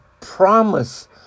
promise